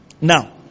Now